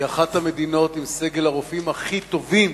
זו אחת המדינות עם סגל הרופאים הכי טובים